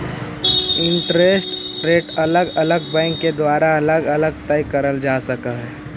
interest rate अलग अलग bank के द्वारा अलग अलग तय कईल जा सकऽ हई